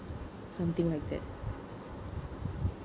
something like that